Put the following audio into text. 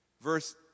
Verse